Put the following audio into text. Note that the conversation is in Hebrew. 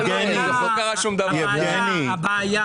הבעיה